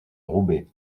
roubaix